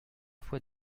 fois